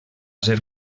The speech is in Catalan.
ser